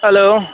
hello